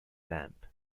lamp